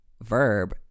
verb